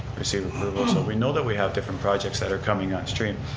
so we know that we have different projects that are coming on stream.